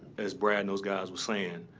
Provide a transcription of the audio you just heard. as brad and those guys were saying,